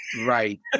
Right